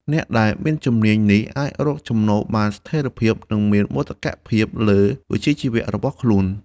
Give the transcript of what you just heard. អ្នកដែលមានជំនាញនេះអាចរកចំណូលបានស្ថេរភាពនិងមានមោទកភាពលើវិជ្ជាជីវៈរបស់ខ្លួន។